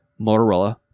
Motorola